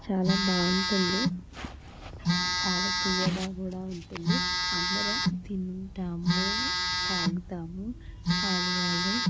చాలా బాగుంటుంది చాల తియ్యగా కుడా ఉంటుంది అందరం తింటాము తాగుతాము పానీయాలు